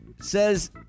says